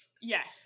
yes